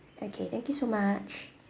okay thank you so much